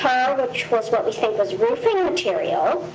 which was what we think was roofing material,